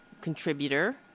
contributor